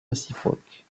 réciproques